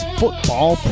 football